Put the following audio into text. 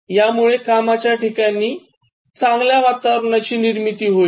यामुळे कामाच्या ठिकाणी चांगल्या वातावरणाची निर्मिती होईल